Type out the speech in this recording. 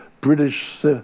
british